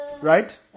right